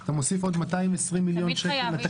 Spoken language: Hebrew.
אתה מוסיף עוד 220 מיליון שקל.